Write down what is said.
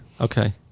Okay